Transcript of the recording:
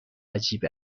عجیب